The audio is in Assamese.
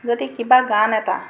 যদি কিবা গান এটা